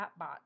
chatbot